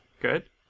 Good